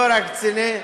לא רק קצינים.